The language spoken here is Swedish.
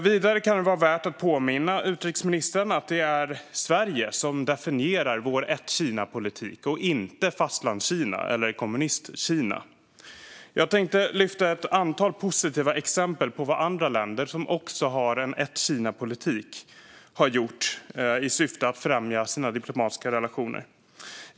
Vidare kan det vara värt att påminna utrikesministern att det är Sverige som definierar sin ett-Kina-politik, inte Fastlandskina eller Kommunistkina. Jag tänkte ta upp ett antal positiva exempel på vad andra länder som också har en ett-Kina-politik har gjort i syfte att främja sina diplomatiska relationer.